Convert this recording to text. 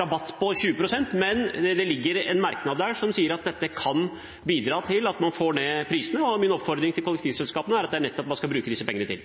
rabatt på 20 pst. Men det ligger en merknad der som sier at dette kan bidra til at man får ned prisene, og min oppfordring til kollektivselskapene at det er nettopp det man skal bruke disse pengene